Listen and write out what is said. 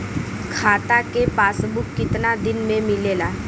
खाता के पासबुक कितना दिन में मिलेला?